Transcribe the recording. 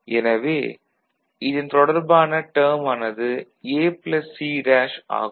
எனவே இதன் தொடர்பான டேர்ம் ஆனது A C' ஆகும்